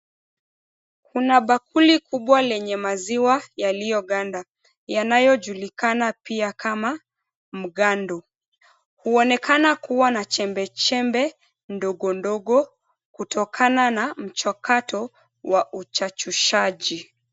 Kuna bakuli kubwa lenye maziwa yaliyoganda yanayojulikana pia kama mgando. Huonekana kuwa na chembechembe ndogondogo kutokana na mchakato wa uchachushaji.